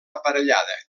aparellada